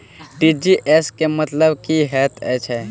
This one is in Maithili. टी.जी.एस केँ मतलब की हएत छै?